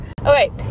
Okay